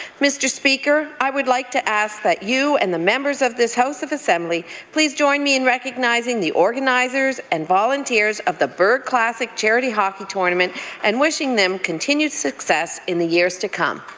mr. speaker, i would like to ask that you and members of this house of assembly please join me in recognizing the organizers and volunteers of the burg classic charity hockey tournament and wishing them continued success in the years to come.